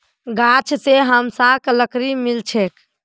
गाछ स हमसाक लकड़ी मिल छेक